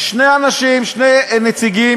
שני אנשים, שני נציגים